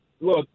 look